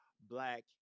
black